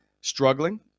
struggling